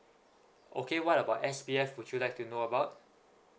okay what about S_B_F would you like to know about